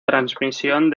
transmisión